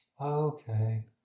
Okay